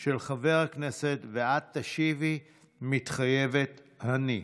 של חבר הכנסת, ואת תשיבי: "מתחייבת אני".